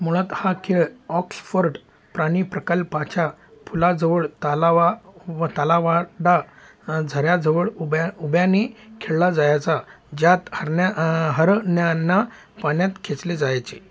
मुळात हा खेळ ऑक्सफर्ड प्राणीप्रकल्पाच्या पुलाजवळ तालावा तालावाडा झऱ्याजवळ उभ्या उभ्याने खेळला जायाचा ज्यात हरन्या हरण्यांना पाण्यात खेचले जायचे